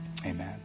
amen